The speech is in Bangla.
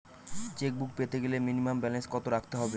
চেকবুক পেতে গেলে মিনিমাম ব্যালেন্স কত রাখতে হবে?